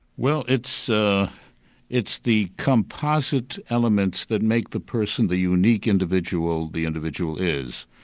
well it's so it's the composite elements that make the person the unique individual the individual is.